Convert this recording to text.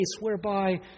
whereby